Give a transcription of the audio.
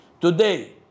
Today